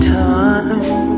time